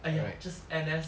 !aiya! just N_S